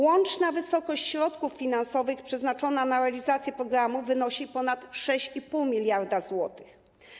Łączna wysokość środków finansowych przeznaczona na realizację programu wynosi ponad 6,5 mld zł.